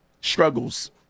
struggles